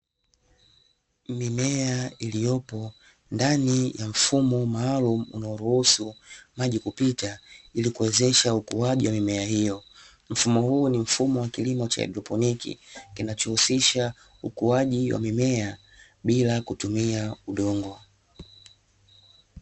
Mimea iliyopo ndani ya mfumo maalum unaoruhusu maji kupita, na kuwezesha ukuaji wa mimea hiyo. Mfumo huu ni mfumo wa haidroponiki, kinachohusisha ukuaji wa mimea bila kutumia udongo.